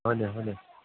ꯍꯣꯏꯅꯦ ꯍꯣꯏꯅꯦ